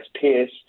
pierce